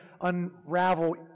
unravel